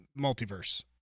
multiverse